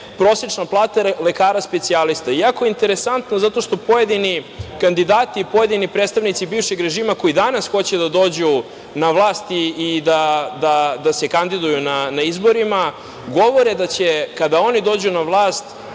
prosečna plata lekara specijaliste. Jako je interesantno što pojedini kandidati, pojedini predstavnici bivšeg režima, koji danas hoće da dođu na vlast i da se kandiduju na izborima, govore da će kada oni dođu na vlast,